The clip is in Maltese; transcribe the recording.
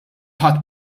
ħadt